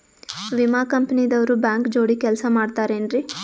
ವಿಮಾ ಕಂಪನಿ ದವ್ರು ಬ್ಯಾಂಕ ಜೋಡಿ ಕೆಲ್ಸ ಮಾಡತಾರೆನ್ರಿ?